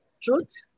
truth